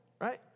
right